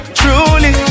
truly